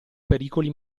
pericoli